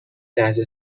لحظه